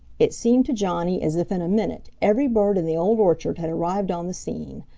it seemed to johnny as if in a minute every bird in the old orchard had arrived on the scene.